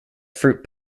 fruit